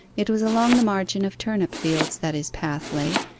it was along the margin of turnip fields that his path lay,